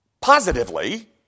Positively